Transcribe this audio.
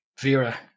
Vera